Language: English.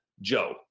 joe